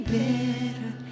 better